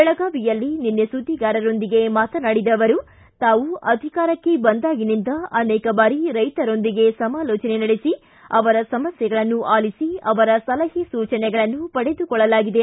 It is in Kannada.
ಬೆಳಗಾವಿಯಲ್ಲಿ ನಿನ್ನೆ ಸುದ್ದಿಗಾರರೊಂದಿಗೆ ಮಾತನಾಡಿದ ಅವರು ತಾವು ಅಧಿಕಾರಕ್ಕೆ ಬಂದಾಗಿನಿಂದ ಅನೇಕ ಬಾರಿ ರೈತರೊಂದಿಗೆ ಸಮಾಲೋಚನೆ ನಡೆಸಿ ಅವರ ಸಮಸ್ಟೆಗಳನ್ನು ಆಲಿಸಿ ಅವರ ಸಲಹೆ ಸೂಚನೆಗಳನ್ನು ಪಡೆದುಕೊಳ್ಳಲಾಗಿದೆ